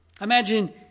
imagine